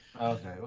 Okay